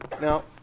Now